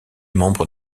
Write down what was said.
membres